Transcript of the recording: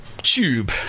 Tube